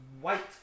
white